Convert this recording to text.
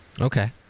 Okay